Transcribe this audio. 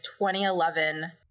2011